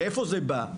מאיפה זה בא?